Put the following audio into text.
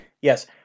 Yes